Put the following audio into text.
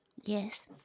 Yes